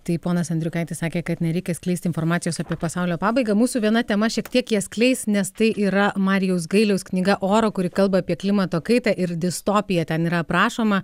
tai ponas andriukaitis sakė kad nereikia skleisti informacijos apie pasaulio pabaigą mūsų viena tema šiek tiek jie skleis nes tai yra marijaus gailiaus knyga oro kuri kalba apie klimato kaitą ir distopiją ten yra aprašoma